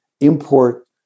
import